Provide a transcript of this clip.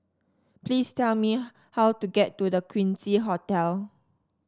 please tell me how to get to The Quincy Hotel